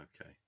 Okay